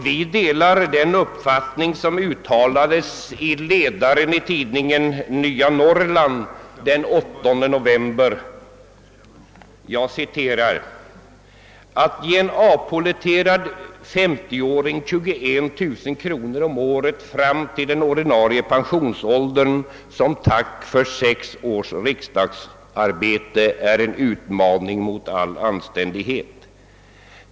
Vi delar den uppfattning som uttalades i ledaren i tidningen Nya Norrland den 8 november: »Att ge en avpolletterad 50-åring 21000 kronor om året fram till den ordinarie pensionsåldern som tack för sex års riksdags arbete är en utmaning mot all anständighet.